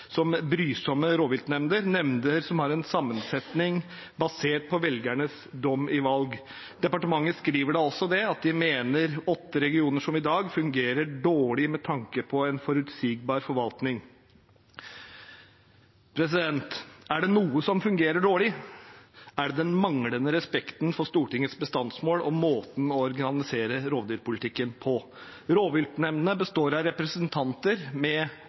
sammensetning basert på velgernes dom i valg. Departementet skriver da også at de mener at åtte regioner, som i dag, fungerer dårlig med tanke på en forutsigbar forvaltning. Er det noe som fungerer dårlig, er det den manglende respekten for Stortingets bestandsmål og måten å organisere rovdyrpolitikken på. Rovviltnemndene består av representanter med